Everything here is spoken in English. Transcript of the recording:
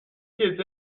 kids